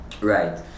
right